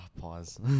pause